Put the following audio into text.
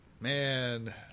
Man